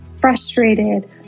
frustrated